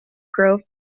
grove